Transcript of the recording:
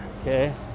okay